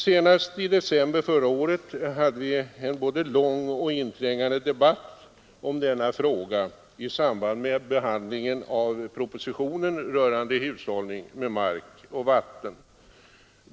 Senast i december förra året hade vi en både lång och inträngande debatt om denna fråga i samband med behandlingen av propositionen rörande hushållning med mark och vatten.